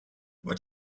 what